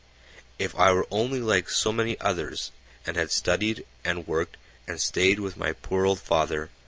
if i were only like so many others and had studied and worked and stayed with my poor old father,